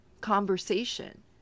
conversation